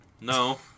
No